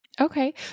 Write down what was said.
Okay